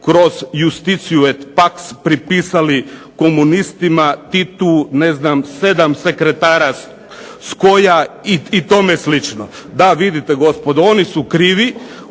kroz "Iustitia et pax" pripisali komunistima, Titu, ne znam sedam sekretara skoja i tome slično. Da vidite gospodo oni su krivi,